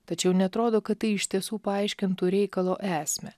tačiau neatrodo kad tai iš tiesų paaiškintų reikalo esmę